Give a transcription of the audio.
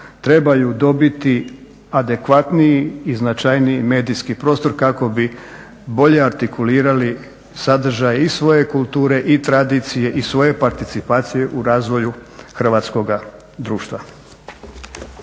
trebaju dobiti adekvatniji i značajniji medijski prostor kako bi bolje artikulirali sadržaje i svoje kulture i tradicije i svoje participacije u razvoju hrvatskoga društva.